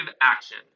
action